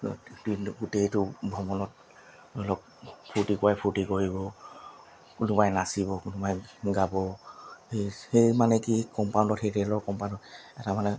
লগত দিনটো গোটেইটো ভ্ৰমণত অলপ ফূৰ্তি কৰাই ফূৰ্তি কৰিব কোনোবাই নাচিব কোনোবাই গাব সেই সেই মানে কি কম্পাউণ্ডত সেই ট্ৰেইনৰ কম্পাউণ্ডত এটা মানে